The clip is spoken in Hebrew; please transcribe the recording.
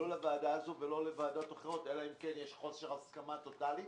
לא לוועדה הזאת ולא לוועדות אחרות אלא אם כן יש חוסר הסכמה טוטלי.